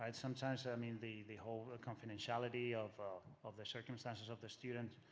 and sometimes, i mean the the whole confidentiality of of the circumstances of the student